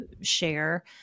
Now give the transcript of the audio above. share